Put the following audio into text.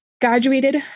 graduated